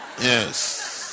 Yes